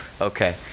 okay